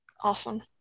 awesome